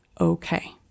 okay